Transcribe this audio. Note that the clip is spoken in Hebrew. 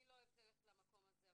אני לא אוהבת ללכת למקום הזה,